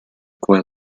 courir